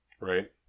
Right